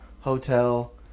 hotel